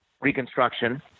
Reconstruction